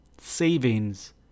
savings